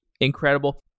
incredible